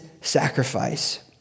sacrifice